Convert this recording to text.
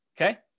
okay